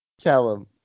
Callum